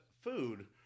food